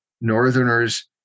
Northerners